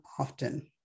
Often